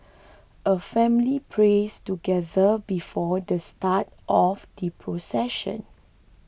a family prays together before the start of the procession